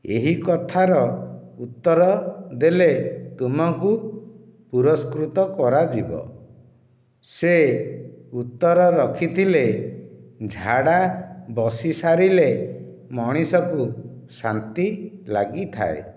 ଏହି କଥାର ଉତ୍ତର ଦେଲେ ତୁମକୁ ପୁରସ୍କୃତ କରାଯିବ ସେ ଉତ୍ତର ରଖିଥିଲେ ଝାଡ଼ା ବସିସାରିଲେ ମଣିଷକୁ ଶାନ୍ତି ଲାଗିଥାଏ